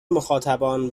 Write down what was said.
مخاطبان